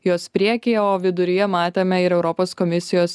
jos prieky o viduryje matėme ir europos komisijos